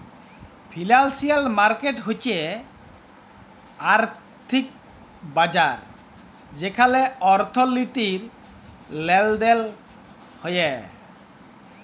financial market হচ্যে আর্থিক বাজার যেখালে অর্থনীতির লেলদেল হ্য়েয়